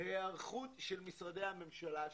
ההיערכות של משרדי הממשלה השונים.